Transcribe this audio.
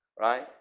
right